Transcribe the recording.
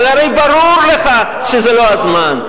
אבל הרי ברור לך שזה לא הזמן.